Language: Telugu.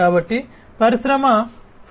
కాబట్టి పరిశ్రమ 4